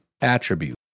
attribute